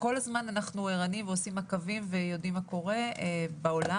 וכל הזמן אנחנו ערניים ועושים מעקבים ויודעים מה קורה בעולם.